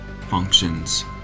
functions